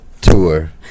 Tour